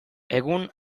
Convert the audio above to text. egun